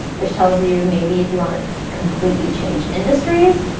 which tells you maybe if you wanna completely change industries.